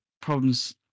problems